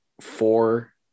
four